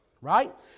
right